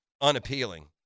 unappealing